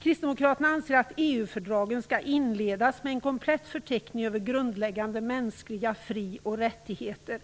Kristdemokraterna anser att EU-fördragen skall inledas med en komplett förteckning över grundläggande mänskliga fri och rättigheter.